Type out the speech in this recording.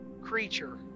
creature